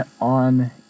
on